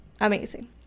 amazing